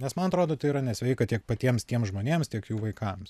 nes man atrodo tai yra nesveika tiek patiems tiems žmonėms tiek jų vaikams